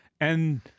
And-